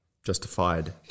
Justified